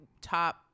top